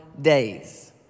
days